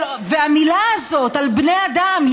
והמילה הזאת על בני אדם,